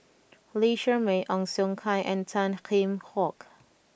Lee Shermay Ong Siong Kai and Tan Kheam Hock